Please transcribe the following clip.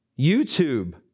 YouTube